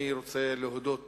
אני רוצה להודות